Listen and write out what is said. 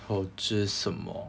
投资什么